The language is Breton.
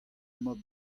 mab